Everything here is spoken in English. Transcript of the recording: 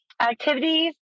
Activities